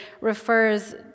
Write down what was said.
refers